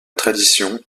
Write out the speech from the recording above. tradition